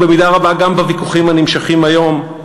ובמידה רבה גם בוויכוחים הנמשכים היום,